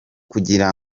kugira